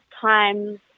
times